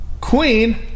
Queen